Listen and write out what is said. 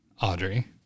Audrey